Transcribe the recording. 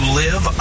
live